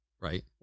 right